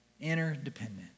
Interdependent